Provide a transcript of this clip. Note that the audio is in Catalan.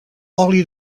oli